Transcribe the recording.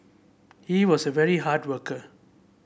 he was a very hard worker